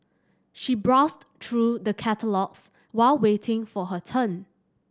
she browsed through the catalogues while waiting for her turn